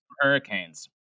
hurricanes